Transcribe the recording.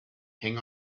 hang